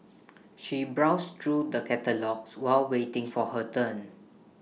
she browsed through the catalogues while waiting for her turn